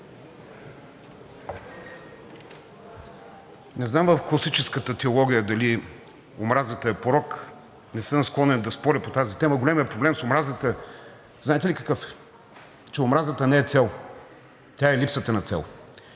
Не знам в класическата теология дали омразата е порок. Не съм склонен да споря по тази тема. Големият проблем с омразата знаете ли какъв е? Че омразата не е цел, тя е липсата на цел.